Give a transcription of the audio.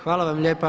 Hvala vam lijepa.